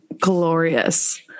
glorious